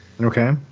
Okay